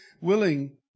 willing